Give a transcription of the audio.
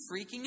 freaking